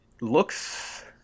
looks